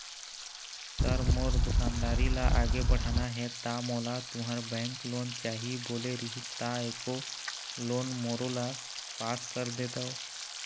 Sir मोर दुकानदारी ला आगे बढ़ाना हे ता मोला तुंहर बैंक लोन चाही बोले रीहिस ता एको लोन मोरोला पास कर देतव?